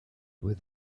with